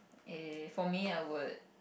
eh for me I would